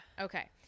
Okay